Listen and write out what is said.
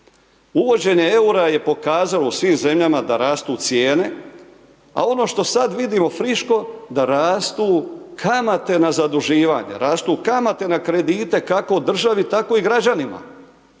Uvođenje eura je pokazalo svim zemljama da rastu cijene a ono što sada vidimo friško, da rastu kamate na zaduživanje, rastu kamate na kredite, kako državi tako i građanima.